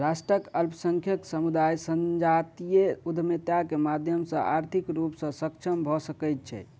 राष्ट्रक अल्पसंख्यक समुदाय संजातीय उद्यमिता के माध्यम सॅ आर्थिक रूप सॅ सक्षम भ सकै छै